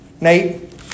Nate